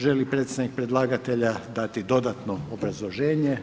Želi li predstavnik predlagatelja dati dodatno obrazloženje?